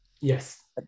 Yes